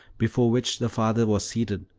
before which the father was seated,